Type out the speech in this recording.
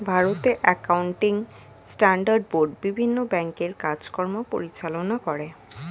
ভারতে accounting standard board বিভিন্ন ব্যাংকের কাজ কাম পরিচালনা করে